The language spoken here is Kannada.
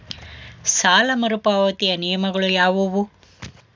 ಸಾಲ ಮರುಪಾವತಿಯ ನಿಯಮಗಳು ಯಾವುವು?